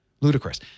Ludicrous